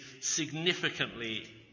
significantly